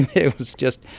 it was just,